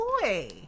boy